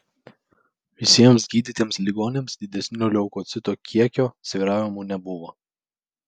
visiems gydytiems ligoniams didesnių leukocitų kiekio svyravimų nebuvo